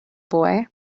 boy